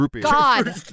God